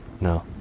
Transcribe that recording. No